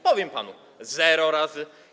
Powiem panu: zero razy.